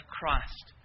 Christ